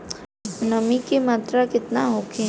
नमी के मात्रा केतना होखे?